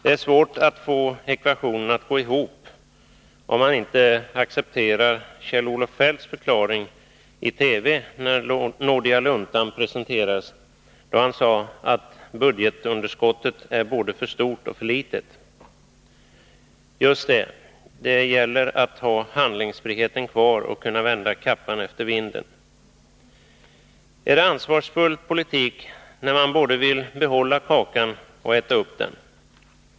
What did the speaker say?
Det är svårt att få den ekvationen att gå ihop, om man inte accepterar Kjell-Olof Feldts förklaring i TV när nådiga luntan presenterades, då han sade att budgetunderskottet är både för stort och för litet. Just det! Det gäller att ha handlingsfriheten kvar och kunna vända kappan efter vinden. Är det ansvarsfull politik när man vill både behålla kakan och äta upp den?